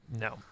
No